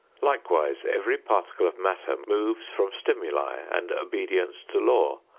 likewise every particle of matter moves from stimuli and obedience to law,